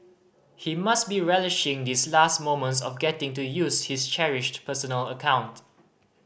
he must be relishing these last moments of getting to use his cherished personal account